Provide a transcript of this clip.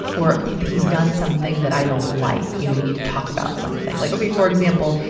or he's done something that i don't like. you know, we need to talk about something. like, okay, for example,